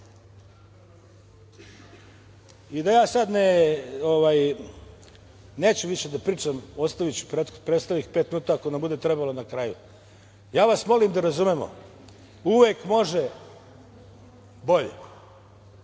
šta je posledica? Neću više da pričam, ostaviću preostalih pet minuta, ako nam bude trebalo na kraju. Ja vas molim da razumemo - uvek može bolje,